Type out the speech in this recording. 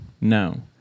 No